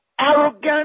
arrogant